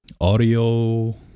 audio